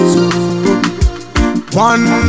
One